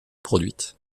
produites